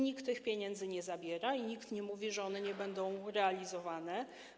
Nikt tych pieniędzy nie zabiera i nikt nie mówi, że program nie będzie realizowany.